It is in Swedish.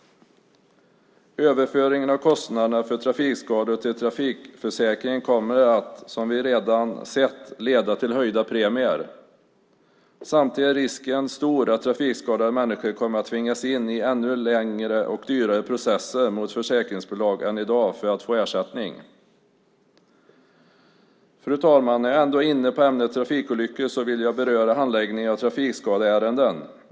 Överföringen av kostnaderna för trafikskador till trafikförsäkringen kommer, som vi redan sett, att leda till höjda premier. Samtidigt är risken stor att trafikskadade människor kommer att tvingas in i ännu längre och dyrare processer mot försäkringsbolag än i dag för att få ersättning. Fru talman! När jag ändå är inne på ämnet trafikolyckor vill jag beröra handläggningen av trafikskadeärenden.